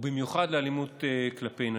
ובמיוחד האלימות כלפי נשים.